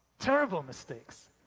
terrible mistakes.